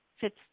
Fits